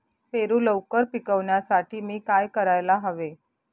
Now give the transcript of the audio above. पेरू लवकर पिकवण्यासाठी मी काय करायला हवे?